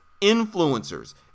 influencers